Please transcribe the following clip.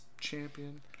champion